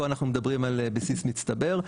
פה אנחנו מדברים על בסיס מצטבר,